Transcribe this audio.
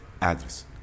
address